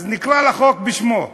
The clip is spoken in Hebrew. אז נקרא לחוק בשמו: